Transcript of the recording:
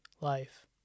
life